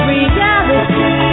Reality